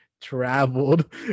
traveled